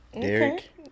Derek